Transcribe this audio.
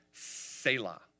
Selah